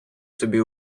собі